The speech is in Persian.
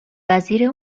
وزیر